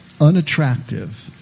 unattractive